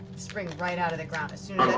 spring right out of the ground as soon